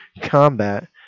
combat